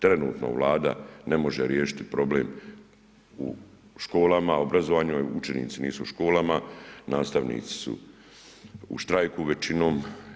Trenutno Vlada ne može riješiti problem u školama, obrazovanju, učenici nisu u školama, nastavnici su u štrajku većinom.